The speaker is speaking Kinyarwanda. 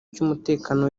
cy’umutekano